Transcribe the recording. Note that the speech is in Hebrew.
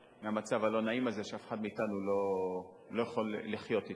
מהמצב הלא-נעים הזה שאף אחד מאתנו לא יכול לחיות אתו.